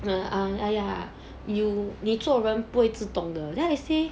ah !aiya! 你做人不会自动的 then me say